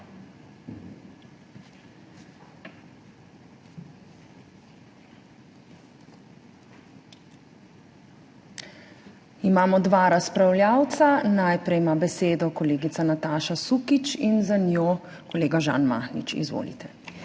Imamo dva razpravljavca. Najprej ima besedo kolegica Nataša Sukič in za njo kolega Žan Mahnič. Izvolite.